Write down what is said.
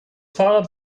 fahrrad